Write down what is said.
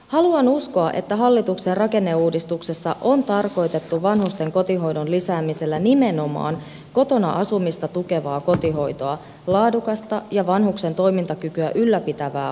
haluan uskoa että hallituksen rakenneuudistuksessa on tarkoitettu vanhusten kotihoidon lisäämisellä nimenomaan kotona asumista tukevaa kotihoitoa laadukasta ja vanhuksen toimintakykyä ylläpitävää hoivaa